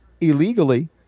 illegally